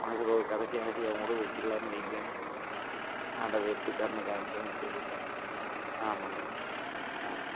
மனிதர்களோடய கடைசி ஆசையாகவும் கூட வெச்சுக்கிலானு வையுங்களேன் ஆண்டவன் எப்படி கருணை காமிக்கிறான்னு தெரியல ஆமாங்க ஆமாம்